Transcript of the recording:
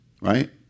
Right